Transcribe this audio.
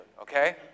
Okay